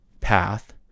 path